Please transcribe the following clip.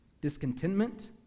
discontentment